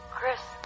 Chris